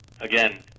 again